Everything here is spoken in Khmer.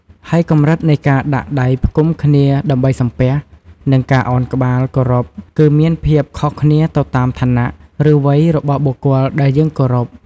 ហើយកម្រិតនៃការដាក់ដៃផ្គុំគ្នាដើម្បីសំពះ និងការឱនក្បាលគោរពគឺមានភាពខុសគ្នាទៅតាមឋានៈ ឬវ័យរបស់បុគ្គលដែលយើងគោរព។